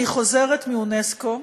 אני חוזרת מאונסק"ו.